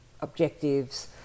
objectives